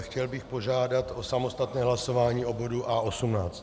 Chtěl bych požádat o samostatné hlasování o bodu A18.